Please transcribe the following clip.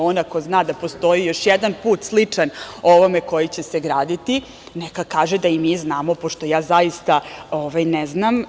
On ako zna da postoji još jedan put sličan ovome koji će se graditi, neka kaže da i mi znamo, pošto ja zaista ne znam.